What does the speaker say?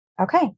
Okay